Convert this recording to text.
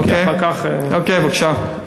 אוקיי, בבקשה.